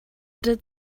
dead